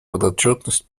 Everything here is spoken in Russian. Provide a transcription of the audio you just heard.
подотчетность